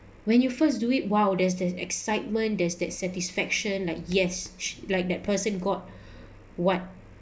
when you first do it !wow! there's that excitement there's that satisfaction like yes like that person got what